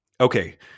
Okay